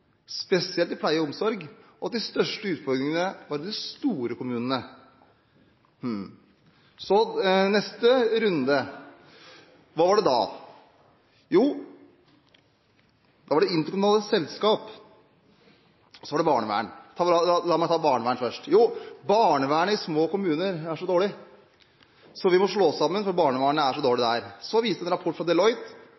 var neste runde? Jo, da var det internasjonale selskap, og så var det barnevern. La meg ta barnevern først: Barnevernet i små kommuner er så dårlig – vi må slå sammen fordi barnevernet er så dårlig